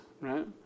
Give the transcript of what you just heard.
right